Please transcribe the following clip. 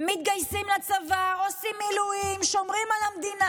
מתגייסים לצבא, עושים מילואים, שומרים על המדינה.